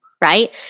right